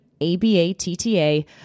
A-B-A-T-T-A